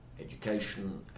education